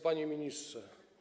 Panie Ministrze!